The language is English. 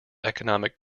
economic